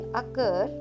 occur